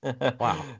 Wow